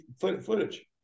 footage